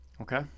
Okay